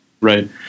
Right